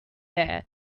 there